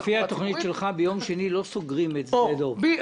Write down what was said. לפי התוכנית שלך לא סוגרים את שדה דב ביום שני?